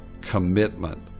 commitment